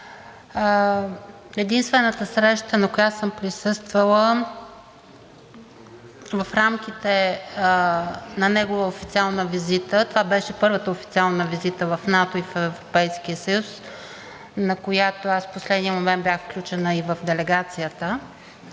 Единствената среща, на която съм присъствала в рамките на негова официална визита, това беше първата официална визита в НАТО и в Европейския съюз, на която аз в последния момент бях включена и в делегацията.